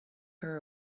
her